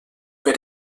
per